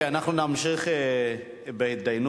אנחנו נמשיך בהתדיינות.